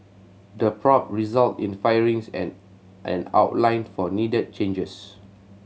the probe resulted in firings and an outline for needed changes